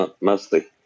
Mostly